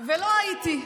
ולא הייתי.